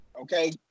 Okay